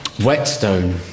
Whetstone